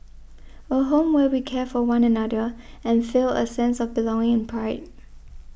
a home where we care for one another and feel a sense of belonging and pride